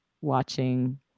watching